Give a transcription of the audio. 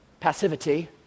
passivity